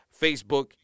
Facebook